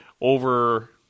over